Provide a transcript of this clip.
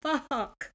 fuck